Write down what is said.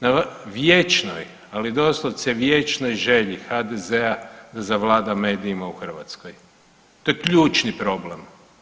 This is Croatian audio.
Na vječnoj, ali doslovce vječnoj želji HDZ-a da zavlada medijima u Hrvatskoj, to je ključni problem.